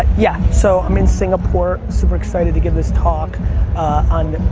yeah, so i'm in singapore, super excited to give this talk on,